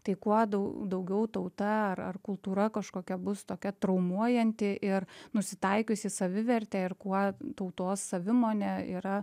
tai kuo dau daugiau tauta ar kultūra kažkokia bus tokia traumuojanti ir nusitaikius į savivertę ir kuo tautos savimonė yra